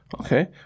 Okay